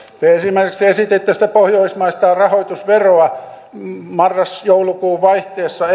te esimerkiksi esititte pohjoismaista rahoitusveroa marras joulukuun vaihteessa